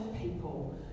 people